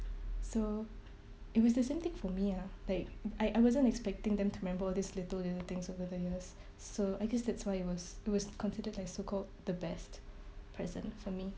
so it was the same thing for me lah like I I wasn't expecting them to remember all this little little things over the years so I guess that's why it was it was considered like so called the best present for me